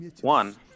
One